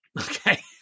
Okay